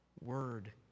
Word